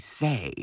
say